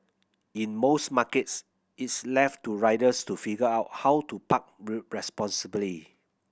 in most markets it's left to riders to figure out how to park